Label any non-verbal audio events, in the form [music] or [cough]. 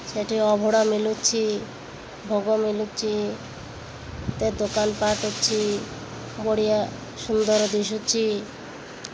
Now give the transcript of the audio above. ସେଠି ଅଭଡ଼ା ମିଳୁଛି ଭୋଗ ମିଳୁଛିି [unintelligible] ଦୋକାନ [unintelligible] ବଢ଼ିଆ ସୁନ୍ଦର ଦିଶୁଛିି